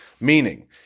Meaning